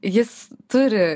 jis turi